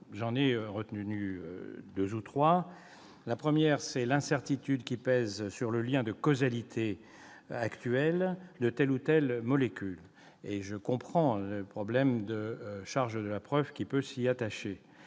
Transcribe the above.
J'en retiendrai trois. En premier lieu, vous évoquez l'incertitude qui pèse sur le lien de causalité actuel de telle ou telle molécule. Je comprends le problème de la charge de la preuve qui peut s'y attacher.